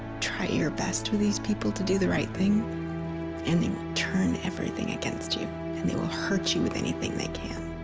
try your best with these people to do the right thing and they turn everything against you and they will hurt you with anything they can